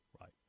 right